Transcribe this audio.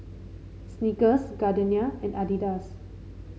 Snickers Gardenia and Adidas